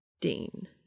Dean